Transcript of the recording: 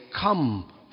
come